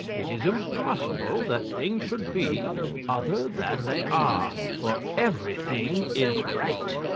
it is impossible that things should be other than they are for everything is right.